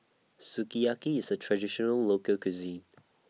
Sukiyaki IS A Traditional Local Cuisine